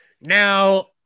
now